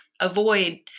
avoid